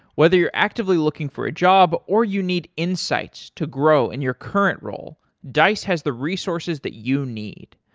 whether you're actively looking for a job or you need insights to grow in your current role, dice has the resources that you need.